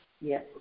Yes